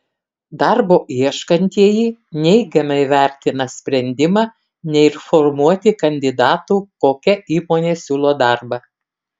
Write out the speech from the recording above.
darbo ieškantieji neigiamai vertina sprendimą neinformuoti kandidatų kokia įmonė siūlo darbą